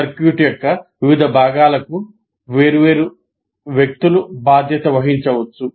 circuit యొక్క వివిధ భాగాలకు వేర్వేరు వ్యక్తులు బాధ్యత వహించవచ్చు